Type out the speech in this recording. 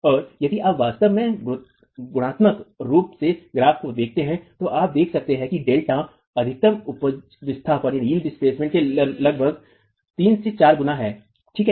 और यदि आप वास्तव में गुणात्मक रूप से ग्राफ को देखते हैं तो आप देख सकते हैं कि डेल्टा अधिकतम उपज विस्थापन के लगभग 3 से 4 गुना है ठीक है